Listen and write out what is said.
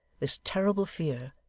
this terrible fear,